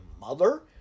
mother